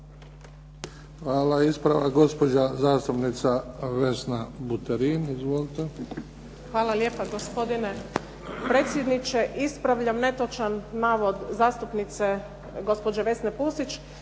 Hvala. Ispravak, gospođa zastupnica Vesna Buterin. Izvolite. **Buterin, Vesna (HDZ)** Hvala lijepa gospodine predsjedniče. Ispravljam netočan navod zastupnice gospođe Vesne Pusić.